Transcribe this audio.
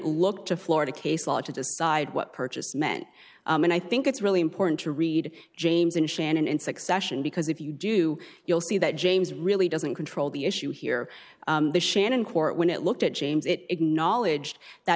looked to florida case law to decide what purchase meant and i think it's really important to read james and shannon in succession because if you do you'll see that james really doesn't control the issue here the shannon court when it looked at james it acknowledged that